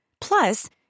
Plus